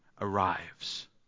arrives